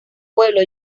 pueblo